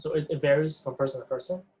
sort of it varies from person to person.